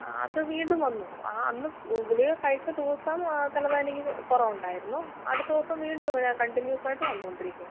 ആ അത് വീണ്ടും വന്നു ആ അന്ന് ഗുളിക കഴിച്ച ദിവസം തലവേദനക്ക് കുറവ് ഉണ്ടായിരുന്നു അടുത്ത ദിവസം വീണ്ടും ഇങ്ങനെ കണ്ടിന്യൂസ് ആയിട്ട് വന്നോണ്ടിരിക്കാ